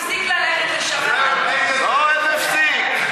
הפסיק לרדת, איזה הפסיק.